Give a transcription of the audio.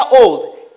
old